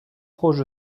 proche